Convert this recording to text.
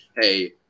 hey